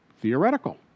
theoretical